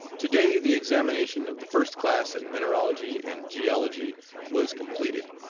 to-day the examination of the first class in mineralogy and geology was completed,